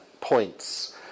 points